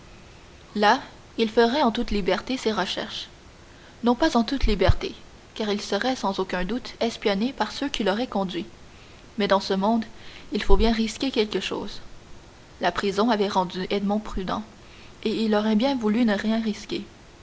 là il ferait en toute liberté ses recherches non pas en toute liberté car il serait sans aucun doute espionné par ceux qui l'auraient conduit mais dans ce monde il faut bien risquer quelque chose la prison avait rendu edmond prudent et il aurait bien voulu ne rien risquer